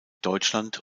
deutschland